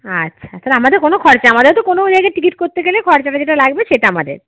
আচ্ছা তাহলে আমাদের কোন খরচা আমাদের হয়তো কোনো জায়গায় টিকিট করতে গেলে খরচাটা যেটা লাগবে সেটা আমাদের